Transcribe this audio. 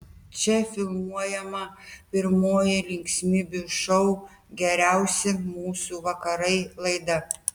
čia filmuojama pirmoji linksmybių šou geriausi mūsų vakarai laida